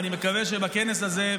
ואני מקווה שבכנס הזה,